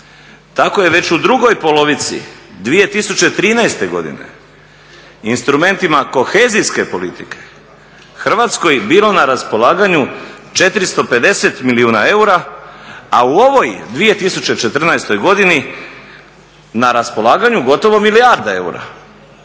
Tako je već u drugoj polovici 2013. godine instrumentima kohezijske politike Hrvatskoj bilo na raspolaganju 450 milijuna eura, a u ovoj 2014. godini na raspolaganju gotovo milijarda eura.